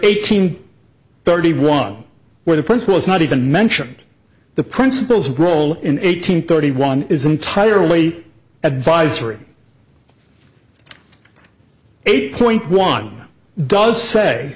eighteen thirty one where the principal is not even mentioned the principals role in eight hundred thirty one is entirely advisory eight point one does say